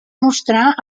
mostrar